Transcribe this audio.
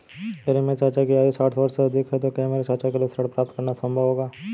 यदि मेरे चाचा की आयु साठ वर्ष से अधिक है तो क्या मेरे चाचा के लिए ऋण प्राप्त करना संभव होगा?